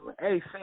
Hey